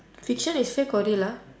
fiction is fake or real ah